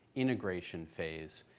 integration phase,